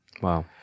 Wow